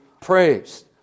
praised